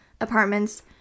apartments